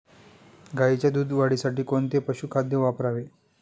गाईच्या दूध वाढीसाठी कोणते पशुखाद्य वापरावे?